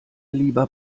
lieber